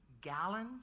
gallons